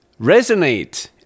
resonate